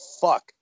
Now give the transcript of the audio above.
fuck